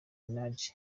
minaj